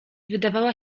wydawała